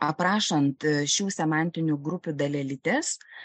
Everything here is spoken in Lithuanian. aprašant šių semantinių grupių dalelytes